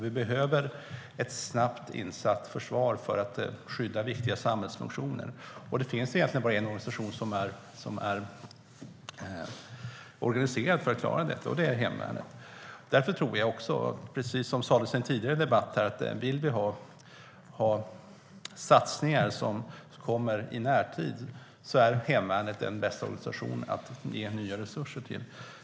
Vi behöver ett snabbt insatt försvar för att skydda viktiga samhällsfunktioner, och det finns egentligen bara en organisation som är organiserad för att klara detta - hemvärnet. Därför tror jag också, precis som sas i en tidigare debatt här, att vill vi ha satsningar i närtid så är hemvärnet den bästa organisationen att ge nya resurser till.